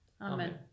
Amen